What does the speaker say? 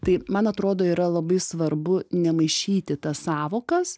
tai man atrodo yra labai svarbu nemaišyti tas sąvokas